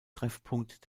treffpunkt